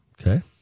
okay